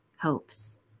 hopes